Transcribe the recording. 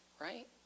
right